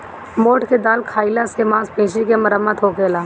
मोठ के दाल खाईला से मांसपेशी के मरम्मत होखेला